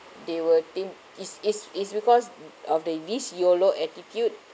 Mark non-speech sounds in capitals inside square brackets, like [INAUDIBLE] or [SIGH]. they will think is is is because [NOISE] of the this YOLO attitude